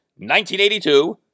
1982